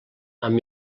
amb